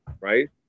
right